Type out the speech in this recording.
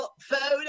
photo